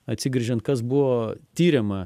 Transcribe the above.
atsigręžiant kas buvo tiriama